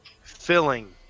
filling